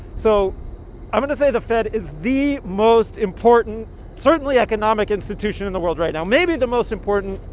so i'm going to say the fed is the most important certainly economic institution in the world right now, maybe the most important